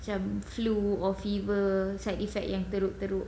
macam flu or fever side effect yang teruk-teruk